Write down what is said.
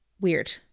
weird